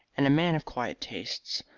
and a man of quiet tastes.